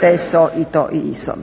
TESO, ITO i ISO.